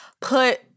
put